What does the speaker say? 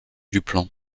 duplan